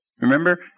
Remember